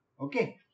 Okay